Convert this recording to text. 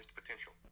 potential